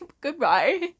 goodbye